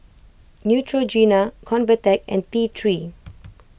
Neutrogena Convatec and T three